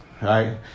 Right